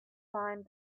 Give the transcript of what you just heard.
mind